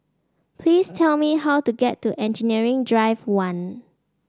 please tell me how to get to Engineering Drive One